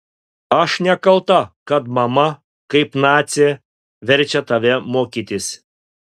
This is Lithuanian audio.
aš nekalta kad mama kaip nacė verčia tave mokytis